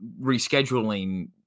rescheduling